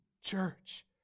church